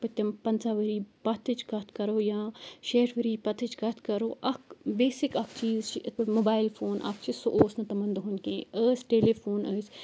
پٔتِم پنٛژاہ ؤری پَتھٕچ کَتھ کَرو یا شیٹھ ؤری پَتٕچ کَتھ کَرو اَکھ بیسِک اَکھ چیٖز چھِ یِتھ پٲٹھۍ موبایل فون اَکھ چھِ سُہ اوس نہٕ تِمَن دۄہَن کینٛہہ ٲسۍ ٹیلی فون ٲسۍ